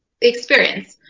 experience